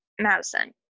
Madison